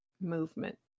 movement